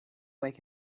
wake